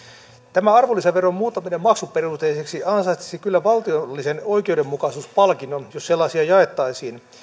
tämä arvonlisäveron muuntaminen maksuperusteiseksi ansaitsisi kyllä valtiollisen oikeudenmukaisuuspalkinnon jos sellaisia jaettaisiin